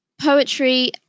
poetry